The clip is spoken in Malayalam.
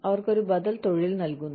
അവർക്ക് ഒരു ബദൽ തൊഴിൽ നൽകുന്നു